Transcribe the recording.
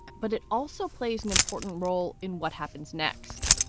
but it also plays an important role in what happens next.